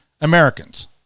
Americans